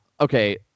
okay